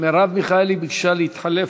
מרב מיכאלי ביקשה להתחלף,